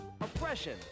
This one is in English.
oppression